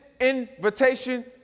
invitation